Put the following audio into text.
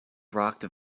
rocked